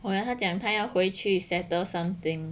我以为他讲他要回去 settle something